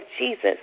Jesus